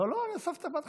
לא, לא, אני הוספתי בהתחלה.